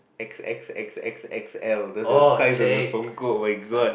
X X X X X L that's your size of your songkok oh my god